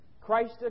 Christ